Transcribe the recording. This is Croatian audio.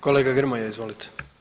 Kolega Grmoja izvolite.